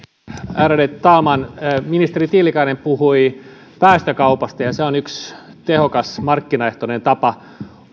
ärade talman ministeri tiilikainen puhui päästökaupasta ja se on yksi tehokas markkinaehtoinen tapa